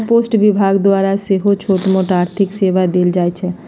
post विभाग द्वारा सेहो छोटमोट आर्थिक सेवा देल जाइ छइ